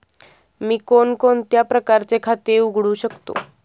मी कोणकोणत्या प्रकारचे खाते उघडू शकतो?